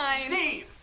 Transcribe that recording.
Steve